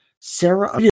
Sarah